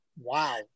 Wow